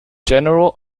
general